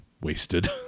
wasted